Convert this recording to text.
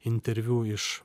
interviu iš